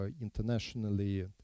internationally